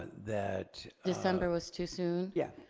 that december was too soon? yeah,